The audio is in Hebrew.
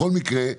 בכל מקרה,